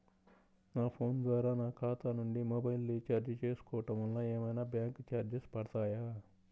నా ఫోన్ ద్వారా నా ఖాతా నుండి మొబైల్ రీఛార్జ్ చేసుకోవటం వలన ఏమైనా బ్యాంకు చార్జెస్ పడతాయా?